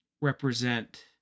represent